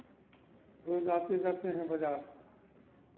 रोज आते जाते हैं बाज़ार